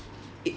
eh